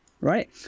right